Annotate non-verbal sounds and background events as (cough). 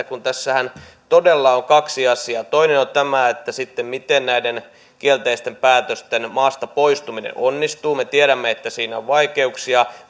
(unintelligible) kun tässähän todella on kaksi asiaa toinen on tämä miten sitten näiden kielteisen päätöksen saaneiden maasta poistuminen onnistuu me tiedämme että siinä on vaikeuksia